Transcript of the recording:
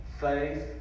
faith